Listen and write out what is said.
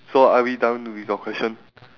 so are we done with your question